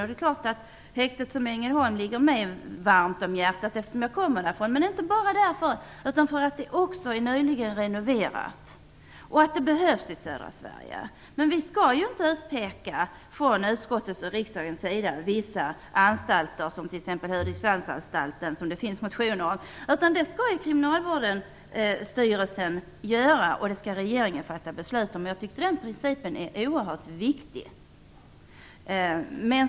Det är klart att häktet i Ängelholm ligger mig varmt om hjärtat eftersom jag kommer från Ängelholm, men det har nyligen renoverats och behövs i södra Sverige. Men vi skall inte från utskottets och riksdagens sida utpeka vissa anstalter, som t.ex. Hudiksvallsanstalten, som det finns motioner om, utan det skall Kriminalvårdsstyrelsen göra, varefter regeringen skall fatta beslut. Den principen är oerhört viktig.